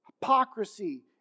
Hypocrisy